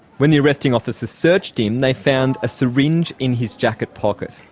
when the arresting officers searched him they found a syringe in his jacket pocket.